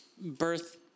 birth